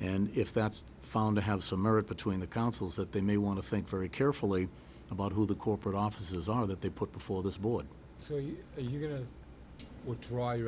and if that's found to have some merit between the councils that they may want to think very carefully about who the corporate officers are that they put before this board so you are you going to withdraw your